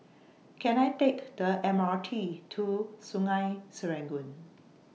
Can I Take The M R T to Sungei Serangoon